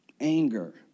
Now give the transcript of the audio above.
anger